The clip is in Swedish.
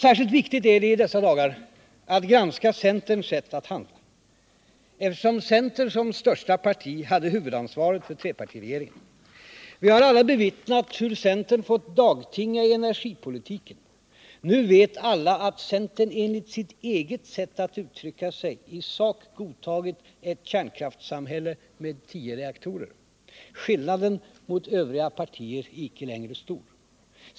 Särskilt viktigt är det i dessa dagar att granska centerns sätt att handla, eftersom centern som största parti hade huvudansvaret för trepartiregeringen. Vi har alla bevittnat hur centern har fått dagtinga i energipolitiken. Nu vet alla att centern enligt sitt eget sätt att uttrycka sig i sak godtagit ett kärnkraftssamhälle med tio reaktorer. Skillnaden mot övriga partier är inte längre stor.